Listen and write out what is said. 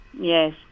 Yes